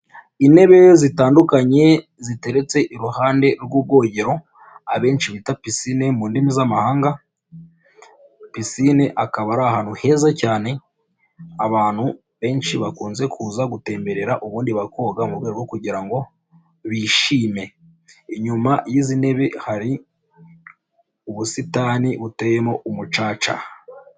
Intebe zitandukanye ziteretse iruhande rw'ubwogero abenshi bita pisine mu ndimi z'amahanga, pisine akaba ari ahantu heza cyane abantu benshi bakunze kuza gutemberera ubundi bakoga mu rwego rwo kugira ngo bishime, inyuma y'izi ntebe hari ubusitani buteyemo umucaca.